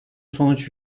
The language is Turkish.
sonuç